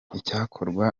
icyakorwa